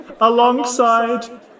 alongside